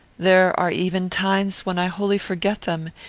there are even times when i wholly forget them,